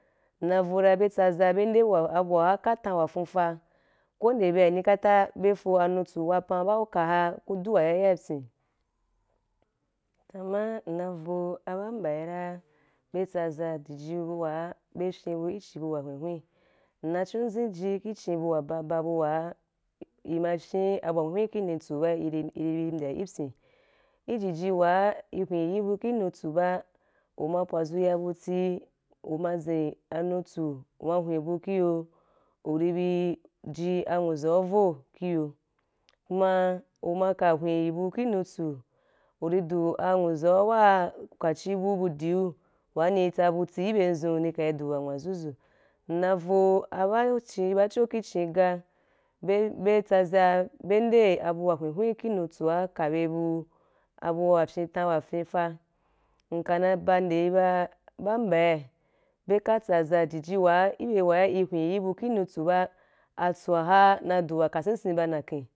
Nna vo be tsaza be nde abu wa ka tan wa fuufa ko we nde bye ani kata be fo anutsu wapan ba ukaa ku du wayaya ki pyin tama nna vo ba mbai ra be tsaza jiji wa be fyen bu ki chim bu wa hwen hwen nna chun nzhen aji i chin bu wa baaba bu wa i ma fyen bu wa hwen hwen ki nutsu ba a—abu wa hwen hwen ki nutsu ba i—i ri mbya ki pyin i jiji wa i hwen yi abu ki nutsu ba u ma pwadzu ya abuti u ma zhen a nutsu u ma hwen abu ki yo u ri bi ji anwuza u vo ki yo kuma uma ka hwen yi bu ki nutsu u ri du anwuza wa ku ka chi bu budiu wa ne ri tsa abuti ki be ndzun ni ka ri du wa nwah zuzu nna vo a ba chi bacho ki chn ga be be tsaza be nde abu wa hwen hwen ki nutsu ka be buu abu wa fyen tan wa fyan afa nka na bande baa ba mbyai be ka tsaza jiji wa ki be wa i hwen yi bu ki nutsu baa atsua na du wa ka sensen ba nyaken.